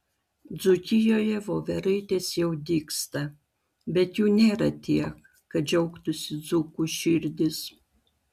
dzūkijoje voveraitės jau dygsta bet jų nėra tiek kad džiaugtųsi dzūkų širdys